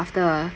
after a